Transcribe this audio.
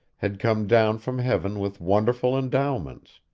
had come down from heaven with wonderful endowments.